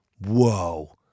whoa